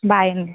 by అండి